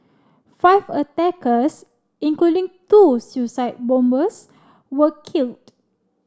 five attackers including two suicide bombers were killed